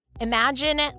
Imagine